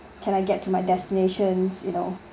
can I get to my destinations you know